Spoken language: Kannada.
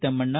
ತಮ್ಮಣ್ಣ